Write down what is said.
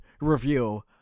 review